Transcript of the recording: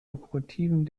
lokomotiven